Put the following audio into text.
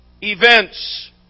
events